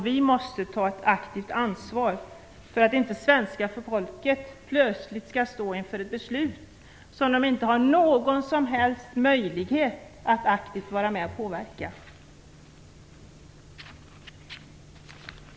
Vi måste ta aktivt ansvar för att inte svenska folket skall stå inför ett beslut som de inte har någon som helst möjlighet att aktivt vara med och påverka.